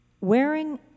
wearing